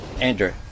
Andrew